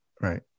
Right